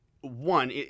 one